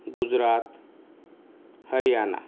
Gujarat Haryana